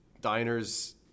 diner's